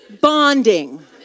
Bonding